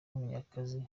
munyakazi